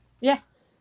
Yes